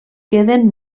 queden